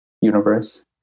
universe